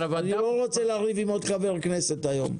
אני לא רוצה לריב עם עוד חבר כנסת היום,